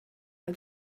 how